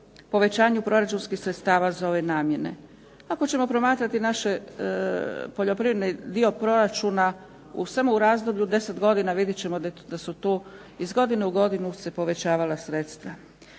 povećanju proračunskih sredstava za ove namjene. Ako ćemo promatrati naše poljoprivredni dio proračuna samo u razdoblju od 10 godina vidjet ćemo da su tu iz godine u godinu se povećavala sredstva.